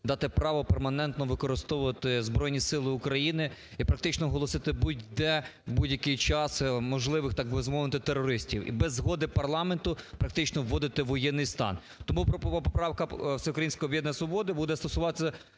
дати право перманентно використовувати Збройні Сили України і практично оголосити будь-де і в будь-який час можливих, так би мовити, терористів і без згоди парламенту практично вводити воєнний стан. Тому поправка "Всеукраїнського об'єднання "Свобода" буде стосуватися